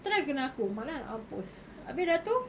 try kena aku malas nak mampus abeh dah tu